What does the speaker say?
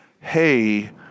hey